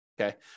Okay